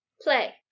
play